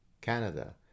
canada